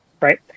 right